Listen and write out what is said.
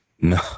No